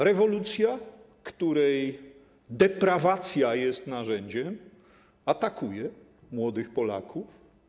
Rewolucja, której deprawacja jest narzędziem, atakuje młodych Polaków.